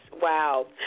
Wow